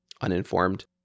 uninformed